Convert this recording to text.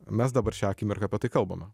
mes dabar šią akimirką apie tai kalbame